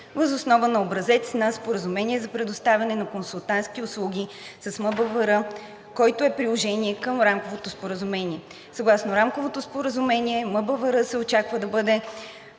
въз основа на образец на Споразумение за предоставяне на консултантски услуги с МБВР, който е приложение към Рамковото споразумение. Съгласно Рамковото споразумение МБВР се очаква да бъде